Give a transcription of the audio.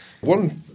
One